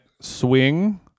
swing